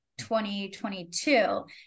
2022